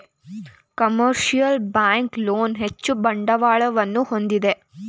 commercial bank loan ಹೆಚ್ಚು ಬಂಡವಾಳವನ್ನು ಹೊಂದಿದೆ